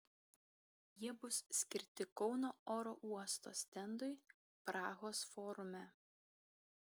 jie bus skirti kauno oro uosto stendui prahos forume